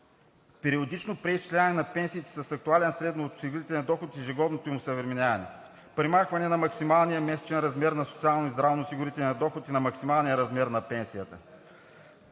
периодично преизчисляване на пенсиите с актуален средноосигурителен доход и ежегодното им осъвременяване; премахване на максималния месечен размер на социалния и здравноосигурителен доход и на максималния размер на пенсията;